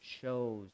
shows